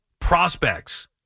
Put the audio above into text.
prospects